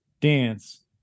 dance